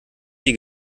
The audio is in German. sie